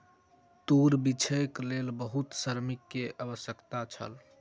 तूर बीछैक लेल बहुत श्रमिक के आवश्यकता छल